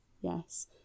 Yes